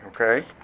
okay